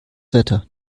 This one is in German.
wetter